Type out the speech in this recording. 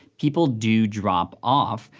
people do drop off,